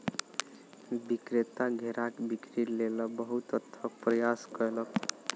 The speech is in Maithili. विक्रेता घेराक बिक्री लेल बहुत अथक प्रयास कयलक